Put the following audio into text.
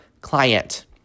client